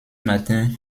matin